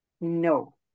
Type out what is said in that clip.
No